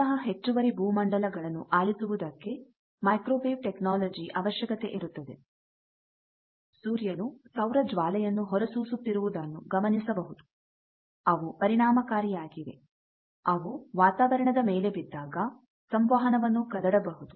ಇಂತಹ ಹೆಚ್ಚುವರಿ ಭೂಮಂಡಲಗಳನ್ನು ಆಲಿಸುವುದಕ್ಕೆ ಮೈಕ್ರೋವೇವ್ ಟೆಕ್ನಾಲಜಿ ಅವಶ್ಯಕತೆ ಇರುತ್ತದೆ ಸೂರ್ಯನು ಸೌರ ಜ್ವಾಲೆಯನ್ನು ಹೊರಸೂಸುತ್ತಿರುವದನ್ನು ಗಮನಿಸಬಹುದು ಅವು ಪರಿಣಾಮಕಾರಿಯಾಗಿವೆ ಅವು ವಾತಾವರಣದ ಮೇಲೆ ಬಿದ್ದಾಗ ಸಂವಹನವನ್ನು ಕದಡ ಬಹುದು